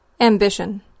Ambition